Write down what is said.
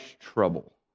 trouble